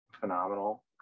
phenomenal